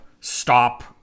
stop